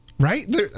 Right